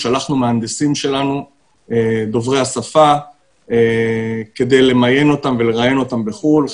שלחנו מהנדסים שלנו דוברי השפה כדי למיין אותם ולראיין אותם בחו"ל.